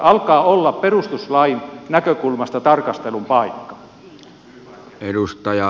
alkaa olla perustuslain näkökulmasta tarkastelun paikka